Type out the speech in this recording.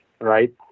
Right